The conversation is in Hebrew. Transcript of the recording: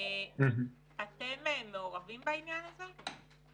אתם מעורבים בעניין הזה?